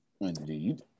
Indeed